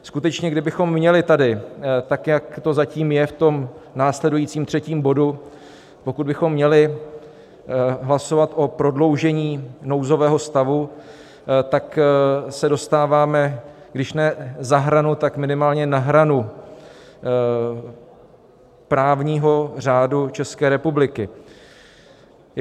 Skutečně kdybychom měli tady tak jak to zatím je v následujícím třetím bodu pokud bychom měli hlasovat o prodloužení nouzového stavu, tak se dostáváme když ne za hranu, tak minimálně na hranu právního řádu ČR.